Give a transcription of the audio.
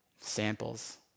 samples